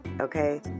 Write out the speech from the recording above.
Okay